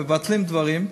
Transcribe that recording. מבטלים דברים.